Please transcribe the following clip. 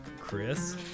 Chris